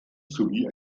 sowie